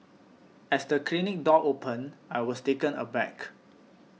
as the clinic door opened I was taken aback